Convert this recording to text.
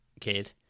kid